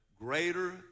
Greater